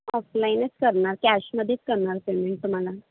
ऑफलाईनच करणार कॅशमध्येच करणार पेमेंट तुम्हाला